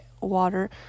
water